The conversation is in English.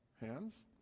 hands